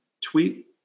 tweet